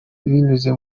binyuze